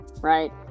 Right